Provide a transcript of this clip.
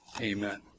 Amen